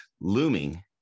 looming